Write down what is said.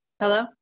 Hello